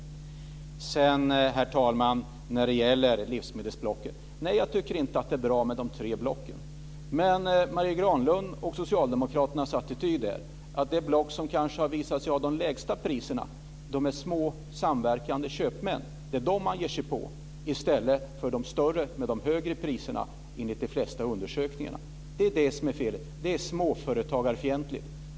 Sedan vill jag, herr talman, ta upp livsmedelsblocken. Nej, jag tycker inte att det är bra med de tre blocken. Men Marie Granlunds och socialdemokraternas attityd är att man ska ge sig på det block som har visat sig ha de lägsta priserna - små samverkande köpmän - i stället för att ge sig på de större blocken som enligt de flesta undersökningarna har de högre priserna. Det är det som är felet. Det är småföretagarfientligt.